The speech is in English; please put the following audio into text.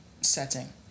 setting